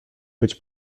być